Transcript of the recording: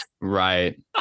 Right